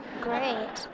great